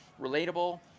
relatable